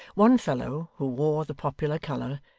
one fellow who wore the popular colour,